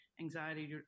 anxiety